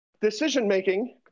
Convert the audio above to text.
decision-making